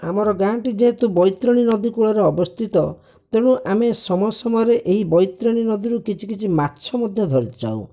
ଆମର ଗାଁଟି ଯେହେତୁ ବୈତରଣୀ ନଦୀ କୂଳରେ ଅବସ୍ଥିତ ତେଣୁ ଆମେ ସମୟ ସମୟରେ ଏହି ବୈତରଣୀ ନଦୀରୁ କିଛି କିଛି ମାଛ ମଧ୍ୟ ଧରିଥାଉ